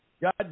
God